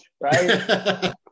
right